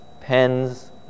pens